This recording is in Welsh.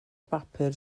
bapur